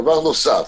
דבר נוסף,